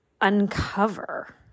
uncover